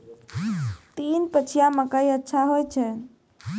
तीन पछिया मकई अच्छा होय छै?